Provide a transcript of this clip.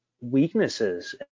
weaknesses